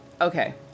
Okay